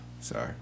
Sorry